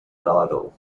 idol